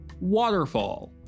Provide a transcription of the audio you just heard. waterfall